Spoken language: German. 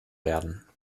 werden